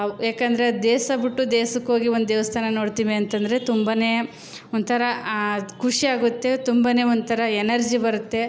ಏಕೆಂದ್ರೆ ದೇಶ ಬಿಟ್ಟು ದೇಶಕ್ಕೋಗಿ ಒಂದು ದೇವಸ್ಥಾನ ನೋಡ್ತೀವಿ ಅಂತ ಅಂದ್ರೆ ತುಂಬನೇ ಒಂಥರ ಖುಷಿಯಾಗುತ್ತೆ ತುಂಬನೇ ಒಂಥರ ಎನರ್ಜಿ ಬರುತ್ತೆ